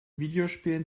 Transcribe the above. videospielen